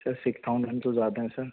سر six thousand تو زیادہ ہیں سر